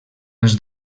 els